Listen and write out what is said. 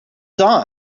dawn